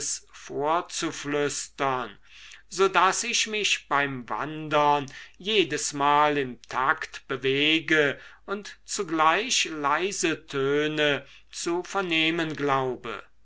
rhythmisches vorzuflüstern so daß ich mich beim wandern jedesmal im takt bewege und zugleich leise töne zu vernehmen glaube